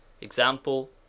example